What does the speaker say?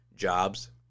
jobs